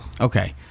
Okay